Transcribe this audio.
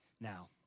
Now